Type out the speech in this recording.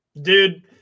Dude